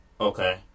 Okay